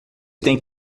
têm